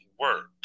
work